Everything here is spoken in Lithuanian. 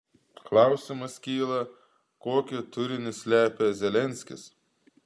klausimas kyla kokį turinį slepia zelenskis